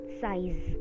size